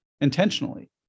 intentionally